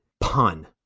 pun